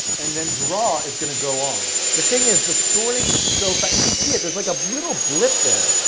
and then draw is going to go on. the thing is the sorting is so fast, you can see it. there's like a little blip there,